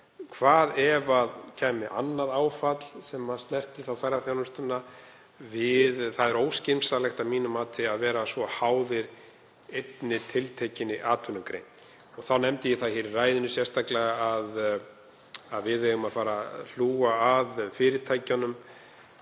Hvað ef það kæmi annað áfall sem snerti ferðaþjónustuna? Það er óskynsamlegt að mínu mati að vera svo háðir einni tiltekinni atvinnugrein. Þá nefndi ég það í ræðunni sérstaklega að við eigum að fara að hlúa að fyrirtækjunum,